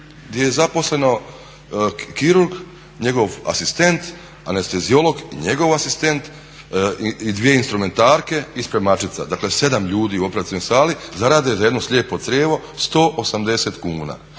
gdje je zaposleno kirurg, njegov asistent, anesteziolog i njegov asistent i dvije instrumentarke i spremačica. Dakle 7 ljudi u operacionoj sali zarade za jedno slijepo crijevo 180 kuna.